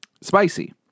spicy